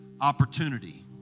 Opportunity